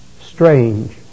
Strange